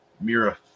Mira